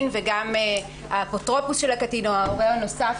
וגם האפוטרופוס של הקטין או ההורה הנוסף,